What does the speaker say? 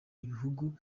ibihugu